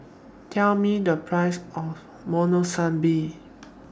Tell Me The Price of Monsunabe